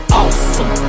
awesome